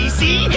see